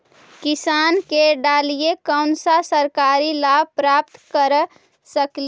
किसान के डालीय कोन सा सरकरी लाभ प्राप्त कर सकली?